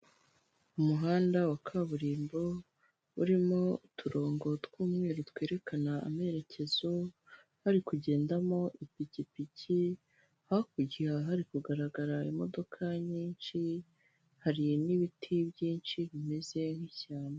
Umuhanda wa kaburimbo urimo uturongo tw'umweru twerekana amerekezo hari kugendamo ipikipiki. Hakurya hari kugaragara imodoka nyinshi hari n'ibiti byinshi bimeze nk'ishyamba.